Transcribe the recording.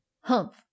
Humph